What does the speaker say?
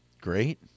Great